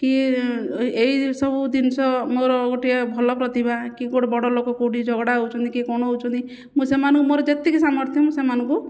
କି ଏହିସବୁ ଜିନିଷ ମୋର ଗୋଟିଏ ଭଲ ପ୍ରତିଭା କି କେଉଁଠି ବଡ଼ ଲୋକ କ'ଣ ଝଗଡ଼ା ହେଉଛନ୍ତି କି କ'ଣ ହେଉଛନ୍ତି ମୁଁ ସେମାନଙ୍କୁ ମୋର ଯେତିକି ସାମର୍ଥ୍ୟ ସେମାନଙ୍କୁ